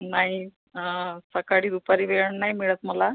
नाही सकाळी दुपारी वेळ नाही मिळत मला